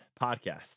podcast